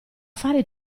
fare